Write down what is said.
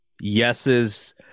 yeses